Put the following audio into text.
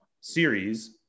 series